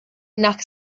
nach